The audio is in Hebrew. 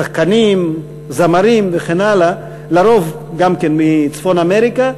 שחקנים, זמרים וכן הלאה, לרוב גם כן מצפון אמריקה,